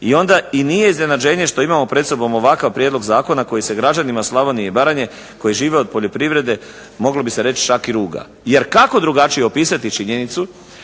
I onda i nije iznenađenje što imamo pred sobom ovakav prijedlog zakona koji se građanima Slavonije i Baranje koji žive od poljoprivrede moglo bi se reći čak i ruga. Jer kako drugačije opisati činjenicu